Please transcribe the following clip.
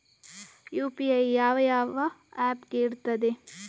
UPI ಯಾವ ಯಾವ app ಗೆ ಇರ್ತದೆ?